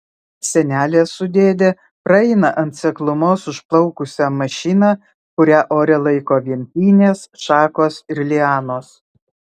senelė su dėde praeina ant seklumos užplaukusią mašiną kurią ore laiko vien pynės šakos ir lianos